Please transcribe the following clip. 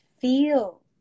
feel